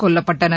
கொல்லப்பட்டனர்